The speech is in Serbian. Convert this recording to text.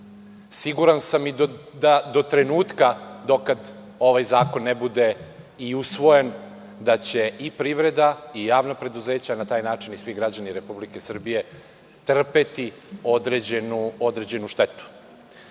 Siguran sam i da do trenutka do kada ovaj zakon ne bude i usvojen da će i privreda i javna preduzeća na taj način, i svi građani Republike Srbije trpeti određenu štetu.U